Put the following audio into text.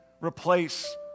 replace